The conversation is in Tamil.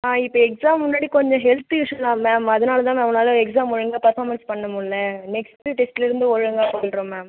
ஆ இப்போ எக்ஸாம் முன்னாடி கொஞ்சம் ஹெல்த்து இஸ்யூ தான் மேம் அதனால் தான் அவனால் எக்ஸாம் ஒழுங்காக பெர்ஃபார்மன்ஸ் பண்ண முடில நெக்ஸ்ட்டு டெக்ஸ்ட்டுலேருந்து ஒழுங்காக பண்ணுறோம் மேம்